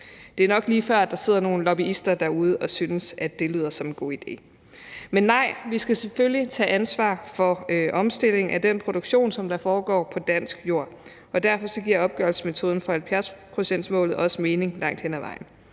Det er nok lige før, at der sidder nogle lobbyister derude og synes, at det lyder som en god idé. Men nej, vi skal selvfølgelig tage ansvar for omstillingen af den produktion, som foregår på dansk jord, og derfor giver opgørelsesmetoden for 70-procentsmålet også mening langt hen ad vejen.